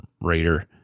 Raider